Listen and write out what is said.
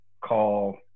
call